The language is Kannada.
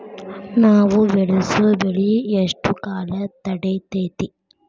ನಾವು ಬೆಳಸೋ ಬೆಳಿ ಎಷ್ಟು ಕಾಲ ತಡೇತೇತಿ?